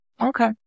okay